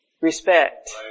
respect